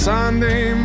Sunday